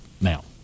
now